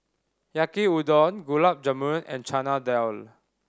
Yaki Udon Gulab Jamun and Chana Dal